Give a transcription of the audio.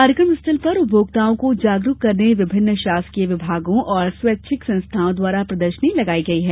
कार्यक्रम स्थल पर उपभोक्ताओं को जागरूक करने विभिन्न शासकीय विमागों और स्वेच्छिक संस्थाओं द्वारा प्रदर्शनी लगाई गई है